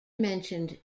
mentioned